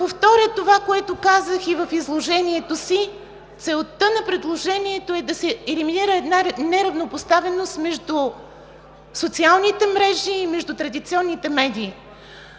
повторя това, което казах и в изложението си: целта на предложението е да се елиминира една неравнопоставеност между социалните мрежи и между традиционните медии.